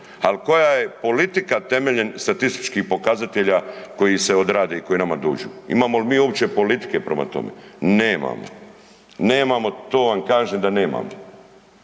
Ali koja je politika temeljem statističkih pokazatelja koji se odrade i koji nama dođu. Imamo li mi uopće politike prema tome? Nemamo. Nemamo, to vam kažem da nemamo.